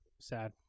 Sad